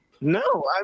No